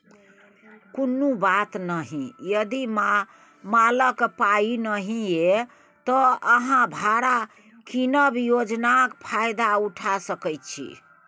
कुनु बात नहि यदि मालक पाइ नहि यै त अहाँ भाड़ा कीनब योजनाक फायदा उठा सकै छी